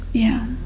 yeah.